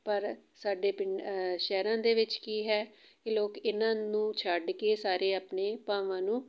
ਪਰ ਸਾਡੇ ਪਿੰਡ ਸ਼ਹਿਰਾਂ ਦੇ ਵਿੱਚ ਕੀ ਹੈ ਕਿ ਲੋਕ ਇਹਨਾਂ ਨੂੰ ਛੱਡ ਕੇ ਸਾਰੇ ਆਪਣੇ ਭਾਵਾਂ ਨੂੰ